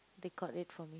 they got it for me